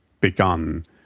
begun